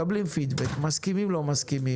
מקבלים פידבק אם מסכימים או לא מסכימים,